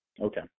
Okay